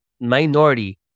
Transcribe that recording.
minority